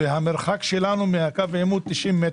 המרחק שלנו מקו העימות הוא 90 מטר.